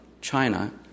China